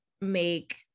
make